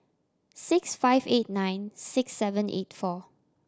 six five eight nine six seven eight four